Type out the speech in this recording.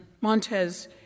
Montez